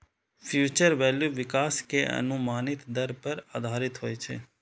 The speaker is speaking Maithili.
फ्यूचर वैल्यू विकास के अनुमानित दर पर आधारित होइ छै